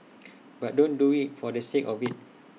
but don't do IT for the sake of IT